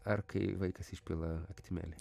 ar kai vaikas išpila aktimelį